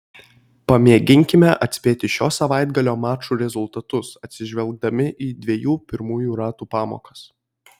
pamėginkime atspėti šio savaitgalio mačų rezultatus atsižvelgdami į dviejų pirmųjų ratų pamokas